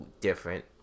different